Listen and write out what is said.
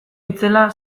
itzela